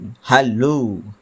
hello